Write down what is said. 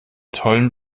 tollen